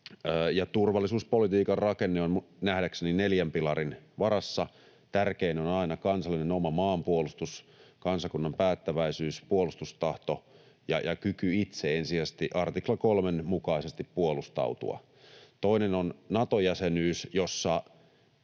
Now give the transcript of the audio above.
turvallisuuspolitiikan rakenne on nähdäkseni neljän pilarin varassa: Tärkein on aina kansallinen oma maanpuolustus — kansakunnan päättäväisyys, puolustustahto ja artikla 3:n mukaisesti ensisijaisesti kyky puolustautua itse. Toinen on Nato-jäsenyys, jossa